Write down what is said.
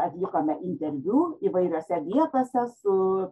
atlikome interviu įvairiose vietose su